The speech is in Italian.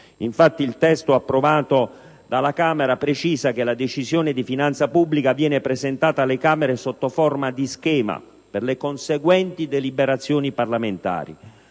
il testo approvato dalla Camera precisa, infatti, che la decisione di finanza pubblica viene presentata alle Camere sotto forma di schema per le conseguenti deliberazioni parlamentari.